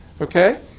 okay